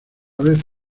vez